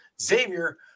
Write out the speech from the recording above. xavier